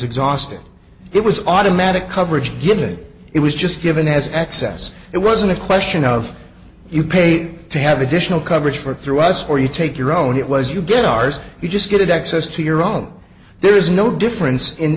exhausted it was automatic coverage given it was just given as access it wasn't a question of you pay to have additional coverage for through us for you take your own it was you get ours you just get access to your own there is no difference in